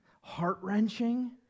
heart-wrenching